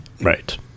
Right